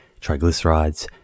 triglycerides